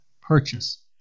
purchase